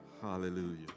Hallelujah